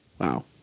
Wow